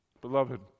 Beloved